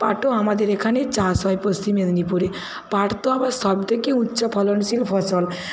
পাটও আমাদের এখানে চাষ হয় পশ্চিম মেদিনীপুরে পাট তো আবার সবথেকে উচ্চ ফলনশীল ফসল